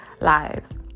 lives